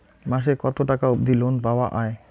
মাসে কত টাকা অবধি লোন পাওয়া য়ায়?